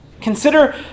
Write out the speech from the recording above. consider